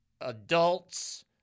adults